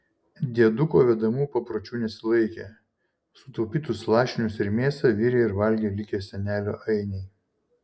dieduko vedamų papročių nesilaikė sutaupytus lašinius ir mėsą virė ir valgė likę senelio ainiai